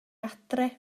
adre